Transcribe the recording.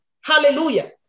Hallelujah